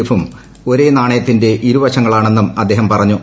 എഫും ഒരേ നാണയത്തിന്റെ ഇരുവശങ്ങളാണെന്നും അദ്ദേഹം പറഞ്ഞു